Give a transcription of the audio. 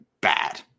bad